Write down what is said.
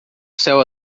céu